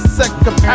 second